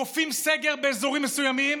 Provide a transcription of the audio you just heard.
כופים סגר באזורים מסוימים,